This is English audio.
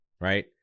right